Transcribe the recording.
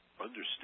understand